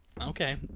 okay